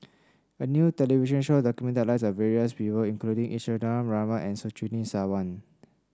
a new television show documented the lives of various people including Isadhora Mohamed and Surtini Sarwan